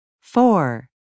four